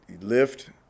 lift